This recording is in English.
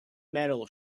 metal